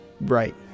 right